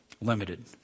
limited